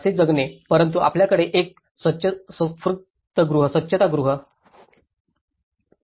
असे जगणे परंतु त्यांच्याकडे एक स्वच्रूफगृह आहे